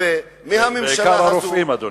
בעיקר הרופאים, אדוני.